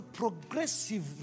progressive